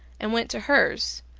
and went to hers,